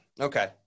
okay